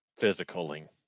physicaling